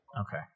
Okay